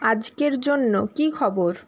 আজকের জন্য কী খবর